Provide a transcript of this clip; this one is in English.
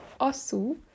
Asu